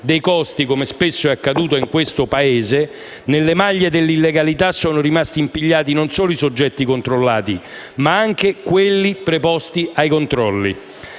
dei costi, come spesso è accaduto in questo Paese, nelle maglie dell'illegalità sono rimasti impigliati non solo i soggetti controllati, ma anche quelli preposti ai controlli: